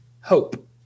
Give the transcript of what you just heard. Hope